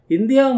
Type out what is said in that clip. India